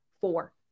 four